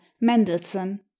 Mendelssohn